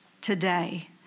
today